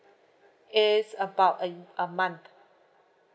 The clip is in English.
it's about a a month